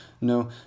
no